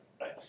right